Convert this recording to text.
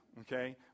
okay